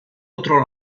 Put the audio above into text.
otro